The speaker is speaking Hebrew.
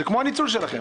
זה כמו הפער בניצול שלכם.